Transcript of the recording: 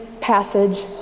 passage